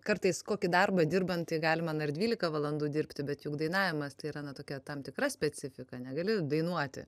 kartais kokį darbą dirbant tai galima ir dvylika valandų dirbti bet juk dainavimas tai yra tokia tam tikra specifika negali dainuoti